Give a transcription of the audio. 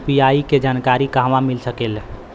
UPI के जानकारी कहवा मिल सकेले?